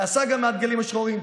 נעשה גם מהדגלים השחורים.